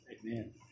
amen